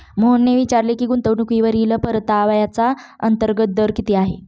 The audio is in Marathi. मोहनने विचारले की गुंतवणूकीवरील परताव्याचा अंतर्गत दर किती आहे?